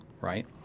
right